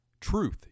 truth